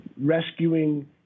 rescuing